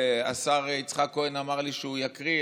שהשר יצחק כהן אמר לי שהוא יקריא,